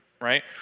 Right